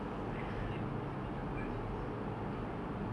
like it's been it's been awhile since we talk with them